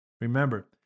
Remember